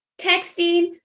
texting